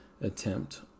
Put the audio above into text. attempt